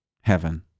heaven